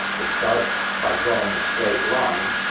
we'll start by drawing a straight line.